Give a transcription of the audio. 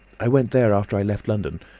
i went there after i left london.